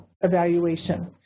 evaluation